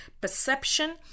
perception